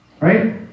right